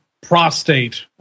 prostate